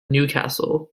newcastle